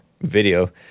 video